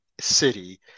city